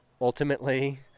ultimately